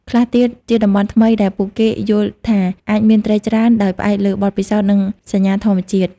ខ្លះទៀតជាតំបន់ថ្មីដែលពួកគេយល់ថាអាចមានត្រីច្រើន ដោយផ្អែកលើបទពិសោធន៍និងសញ្ញាធម្មជាតិ។